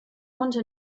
konnte